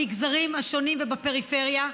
במגזרים השונים ובפריפריה.